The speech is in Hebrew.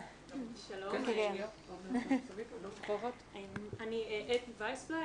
אני אתי וייסבלאו,